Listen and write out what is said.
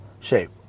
shape